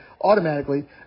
automatically